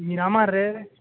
मिरामार रे